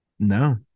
No